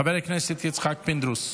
חבר הכנסת יצחק פינדרוס,